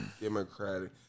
democratic